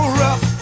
rough